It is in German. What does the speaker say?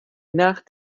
nach